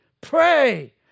Pray